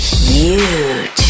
huge